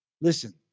Listen